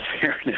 fairness